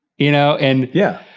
you know? and yeah.